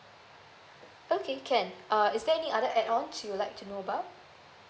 okay can uh is there any other add ons you would like to know about